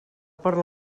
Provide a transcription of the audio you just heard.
per